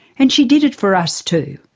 and she did it for us too.